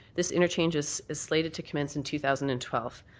this interchange is is slated to commence in two thousand and twelve.